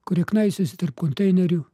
kurie knaisiojasi tarp konteinerių